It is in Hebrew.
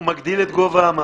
הוא מגדיל את גובה המד.